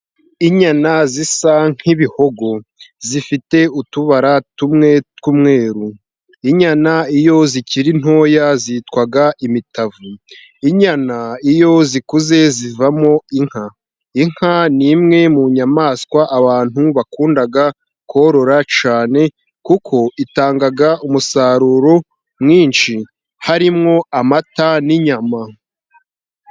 Inyana zisa n'bihogo zifite utubara tumwe tw'umweru, inyana iyo zikiri ntoya zitwa imitavu inyana iyo zikuze zivamo inka. Inka ni imwe mu nyamaswa abantu bakunda korora cyane, kuko itanga umusaruro mwinshi harimo amata n'inyama.